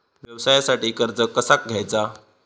व्यवसायासाठी कर्ज कसा घ्यायचा?